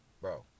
Bro